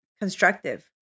constructive